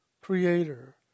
creator